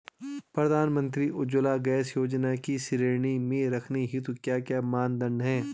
प्रधानमंत्री उज्जवला गैस योजना की श्रेणी में रखने हेतु क्या क्या मानदंड है?